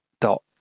dot